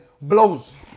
blows